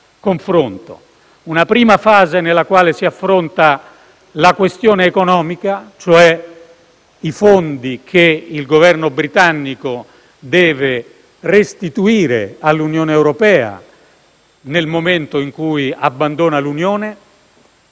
confronto. Una prima fase si affronta la questione economica, cioè i fondi che il Governo britannico deve restituire all'Unione europea nel momento in cui abbandona l'Unione.